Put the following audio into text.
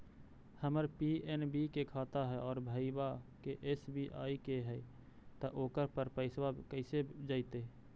हमर पी.एन.बी के खाता है और भईवा के एस.बी.आई के है त ओकर पर पैसबा कैसे जइतै?